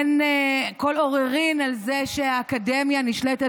אין כל עוררין על זה שהאקדמיה נשלטת